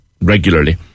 regularly